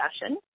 fashion